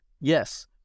Yes